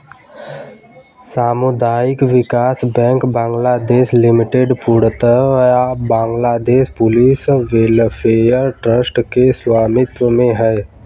सामुदायिक विकास bank Bangladesh limited पूर्णतः बांग्लादेश पुलिस वेलफेयर ट्रस्ट के स्वामित्व में है